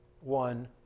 one